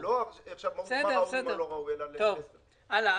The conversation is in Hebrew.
לא מה ראוי ומה לא ראוי אלא --- יכול להיות